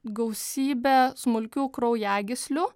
gausybe smulkių kraujagyslių